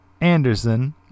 Anderson